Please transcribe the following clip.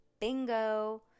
Bingo